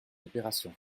opérations